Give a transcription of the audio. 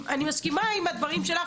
אני מסכימה עם הדברים שלך,